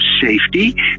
safety